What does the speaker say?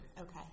Okay